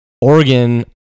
Oregon